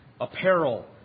apparel